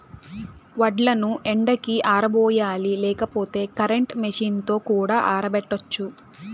వడ్లను ఎండకి ఆరబోయాలి లేకపోతే కరెంట్ మెషీన్ తో కూడా ఆరబెట్టచ్చు